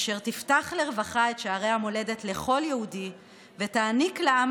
אשר תפתח לרווחה את שערי המולדת לכל יהודי ותעניק לעם